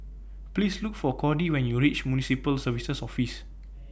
Please Look For Cordie when YOU REACH Municipal Services Office